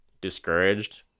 discouraged